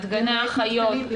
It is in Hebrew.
את גני החיות --- למעט מתקנים.